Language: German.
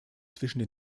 zwischen